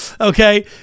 okay